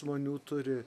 žmonių turi